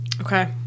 Okay